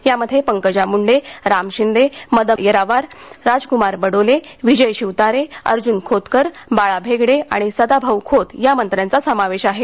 यामध्ये पंकजा मुंडे राम शिंदे मदन येरावार राजकुमार बडोले विजय शिवतारेअर्ज्न खोतकर बाळा भेगडे आणि सदाभाऊ खोत या मंत्र्यांचा समावेश आहे